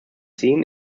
seen